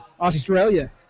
Australia